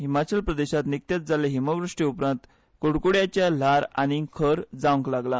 हिमाचल प्रदेशांत निकतेच जाल्ले हिमवृश्टी उपरांत कुडकुड्याचे ल्हार आनीक खर जावंक लागला